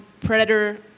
predator